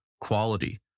quality